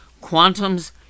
Quantum's